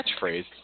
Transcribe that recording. catchphrase